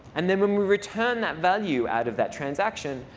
and then when we return that value out of that transaction,